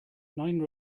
nine